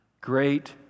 Great